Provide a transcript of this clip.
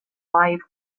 live